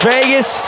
Vegas